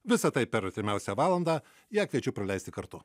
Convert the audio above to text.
visa tai per artimiausią valandą ją kviečiu praleisti kartu